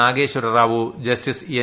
Nageswara Rao justice N